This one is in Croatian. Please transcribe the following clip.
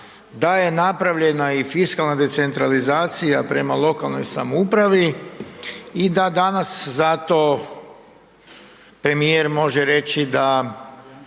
da je napravljena i fiskalna decentralizacija prema lokalnoj samoupravi i da danas zato premijer može reći da